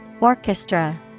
Orchestra